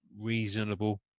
reasonable